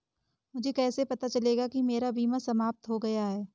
मुझे कैसे पता चलेगा कि मेरा बीमा समाप्त हो गया है?